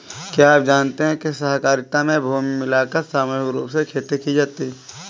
क्या आप जानते है कृषि सहकारिता में भूमि मिलाकर सामूहिक रूप से खेती की जाती है?